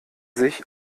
sich